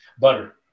Butter